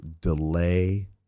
delay